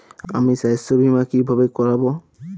আমি স্বাস্থ্য বিমা কিভাবে করাব?